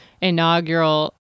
inaugural